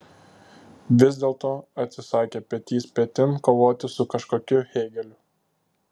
vis dėlto atsisakė petys petin kovoti su kažkokiu hėgeliu